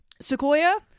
Sequoia